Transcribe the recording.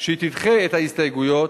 שתדחה את ההסתייגויות